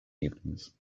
evenings